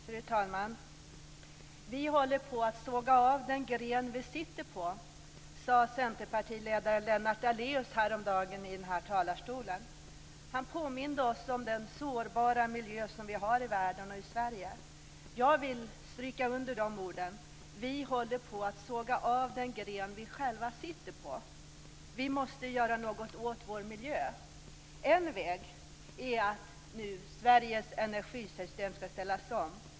Fru talman! Vi håller på att såga av den gren vi sitter på, sade centerpartiledaren Lennart Daléus häromdagen i den här talarstolen. Han påminde oss om den sårbara miljö som vi har i världen och i Sverige. Jag vill stryka under dessa ord: Vi håller på att såga av den gren vi själva sitter på. Vi måste göra något åt vår miljö. En väg är att Sveriges energisystem nu ska ställas om.